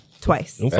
Twice